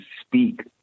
speak